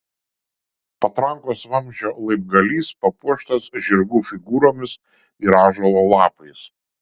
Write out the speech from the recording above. patrankos vamzdžio laibgalys papuoštas žirgų figūromis ir ąžuolo lapais